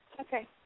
Okay